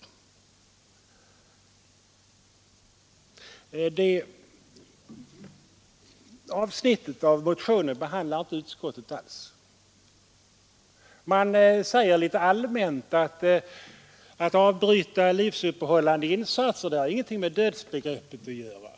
Det senare avsnittet av motionen behandlar utskottsmajoriteten inte alls, utan uttalar endast allmänt att avbrytande av livsuppehållande insatser inte har någonting med dödsbegreppet att göra.